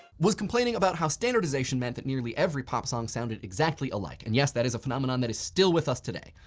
was complaining about how standardization meant that nearly every pop song sounded exactly alike. and yes, that is a phenomenon that is still with us today.